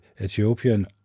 Ethiopian